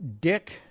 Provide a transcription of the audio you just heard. Dick